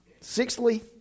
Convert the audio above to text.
sixthly